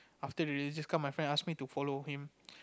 after religious class my friend ask me to follow him